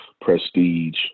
prestige